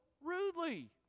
rudely